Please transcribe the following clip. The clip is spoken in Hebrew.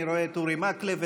אני רואה את אורי מקלב,